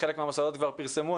חלק מהמוסדות כבר פרסמו,